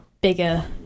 bigger